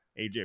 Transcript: AJ